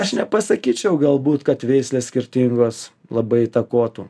aš nepasakyčiau galbūt kad veislės skirtingos labai įtakotų